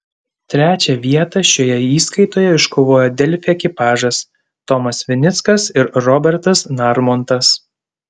trečią vietą šioje įskaitoje iškovojo delfi ekipažas tomas vinickas ir robertas narmontas